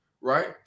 right